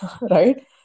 right